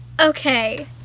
Okay